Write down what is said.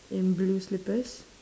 in blue slippers